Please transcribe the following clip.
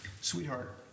sweetheart